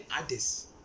others